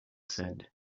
said